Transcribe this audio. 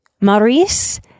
Maurice